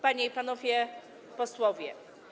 Panie i Panowie Posłowie!